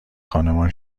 خانمان